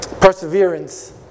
Perseverance